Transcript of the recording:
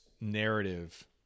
narrative